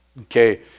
okay